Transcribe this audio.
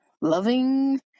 loving